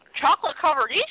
chocolate-covered